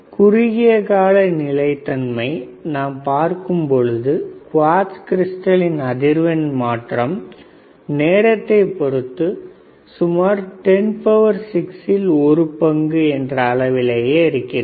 குறுகியகால நிலைத்தன்மையை நாம் பார்க்கும் பொழுது குவாட்ஸ் கிரிஸ்டலின் அதிர்வெண் மாற்றம் நேரத்தை பொறுத்து சுமார் 106 ல் ஒரு பங்கு என்ற அளவிலேயே இருக்கிறது